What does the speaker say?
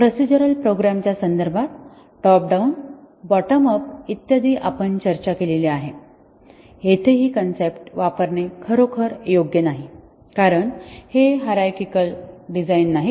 procedural प्रोग्रामच्या संदर्भात top down bottom up इत्यादी आपण चर्चा केलेली आहे येथे हि कॉन्सेप्ट वापरणे खरोखर योग्य नाही कारण हे हिरार्चिकल डिझाइन नाहीत